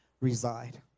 reside